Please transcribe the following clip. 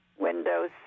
Windows